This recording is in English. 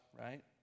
right